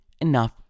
enough